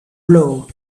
blow